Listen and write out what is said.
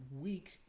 week